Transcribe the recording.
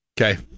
Okay